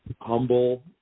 humble